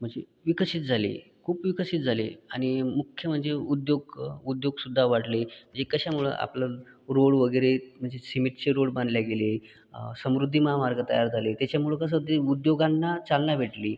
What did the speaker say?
म्हणजे विकसित झाले खूप विकसित झाले आणि मुख्य म्हणजे उद्योग ग उद्योग सुद्धा वाढले ते कशामुळे आपलं रोड वगैरे म्हणजे सिमेंटचे रोड बांधले गेले आ समृद्धी महामार्ग तयार झाले त्याच्यामुळे कसं ते उद्योगांना चालना भेटली